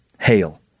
Hail